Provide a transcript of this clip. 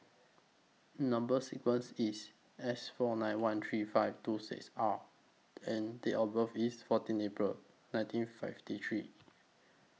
Number sequence IS S four nine one three five two six R and Date of birth IS fourteen April nineteen fifty three